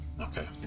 Okay